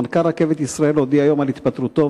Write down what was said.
מנכ"ל רכבת ישראל הודיע היום על התפטרותו,